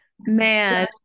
Man